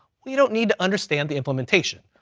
we don't need to understand the implementation.